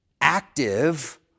active